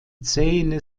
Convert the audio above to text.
zähne